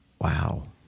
Wow